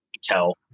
tell